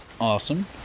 Awesome